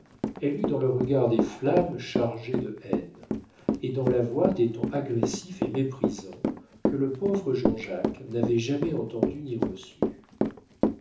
elle eut dans le regard des flammes chargées de haine et dans la voix des tons agressifs et méprisants que le pauvre jean-jacques n'avait jamais entendus ni reçus